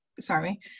sorry